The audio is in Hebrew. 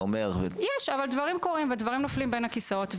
יש אבל דברים קורים ודברים נופלים בין הכיסאות.